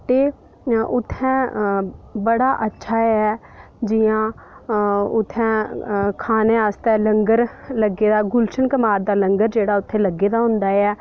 ते उत्थें बड़ा अच्छा ऐ जियां उत्थें खाने आस्तै लंगर लग्गे दा गुल्शन कुमार दा लंगर लग्गे दा लंगर जेह्ड़ा उत्थें लग्गे दा होंदा ऐ